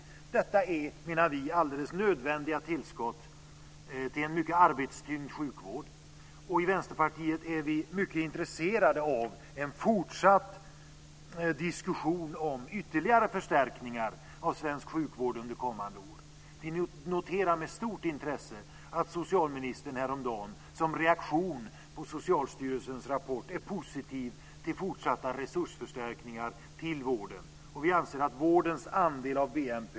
Vi menar att detta är alldeles nödvändiga tillskott till en mycket arbetstyngd sjukvård. I Vänsterpartiet är vi mycket intresserade av en fortsatt diskussion om ytterligare förstärkningar av svensk sjukvård under kommande år. Vi noterar med stort intresse att socialministern häromdagen som reaktion på Socialstyrelsens rapport var positiv till fortsatta resursförstärkningar till vården.